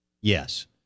Yes